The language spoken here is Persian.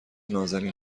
نــازنین